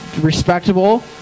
Respectable